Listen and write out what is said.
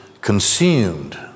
consumed